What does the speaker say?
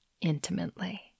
intimately